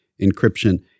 encryption